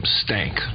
stank